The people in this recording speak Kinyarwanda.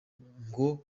ngo